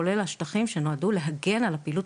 כולל השטחים שנועדו להגן על הפעילות